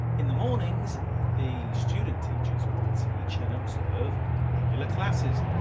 in the mornings the student teachers will teach and observe regular classes,